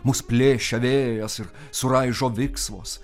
mus plėšia vėjas ir suraižo viksvos